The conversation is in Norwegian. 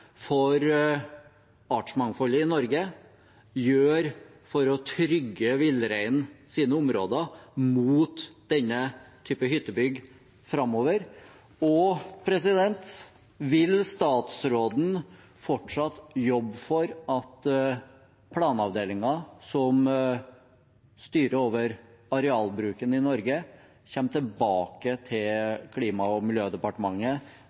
for artsmangfoldet i Norge gjøre for å trygge villreinens områder mot denne typen hyttebygg framover? Og vil statsråden fortsatt jobbe for at planavdelingen, som styrer over arealbruken i Norge, kommer tilbake til Klima- og miljødepartementet,